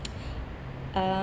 uh